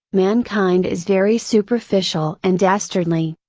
mankind is very superficial and dastardly,